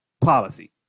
policy